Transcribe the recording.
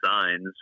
signs